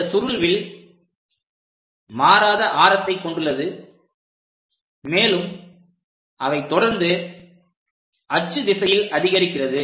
இந்த சுருள்வில் மாறாத ஆரத்தை கொண்டுள்ளது மேலும் அவை தொடர்ந்து அச்சு திசையில் அதிகரிக்கிறது